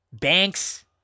Banks